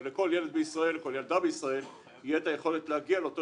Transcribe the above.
ולכל ילד בישראל או ילדה בישראל תהיה היכולת להגיע את אותו